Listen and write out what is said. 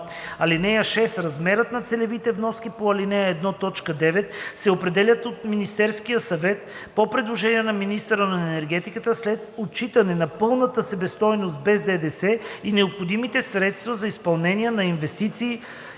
ал. 1. (6) Размерът на целевите вноски по ал. 1, т. 9 се определя от Министерския съвет по предложение на министъра на енергетиката след отчитане на пълната себестойност без ДДС и необходимите средства за изпълнение на инвестиции